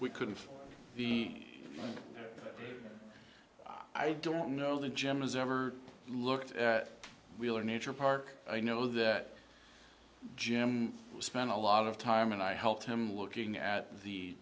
we couldn't be i don't know the gemma's ever looked at wheeler nature park i know that jim spent a lot of time and i helped him looking at the